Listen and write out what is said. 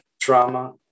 trauma